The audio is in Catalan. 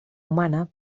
humana